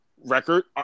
record